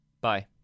Bye